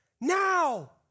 now